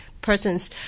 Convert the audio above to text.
persons